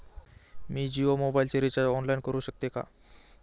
मी जियो मोबाइलचे recharge online करू शकते का?